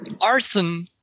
arson